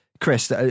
Chris